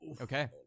Okay